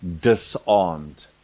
disarmed